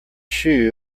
shoe